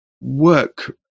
work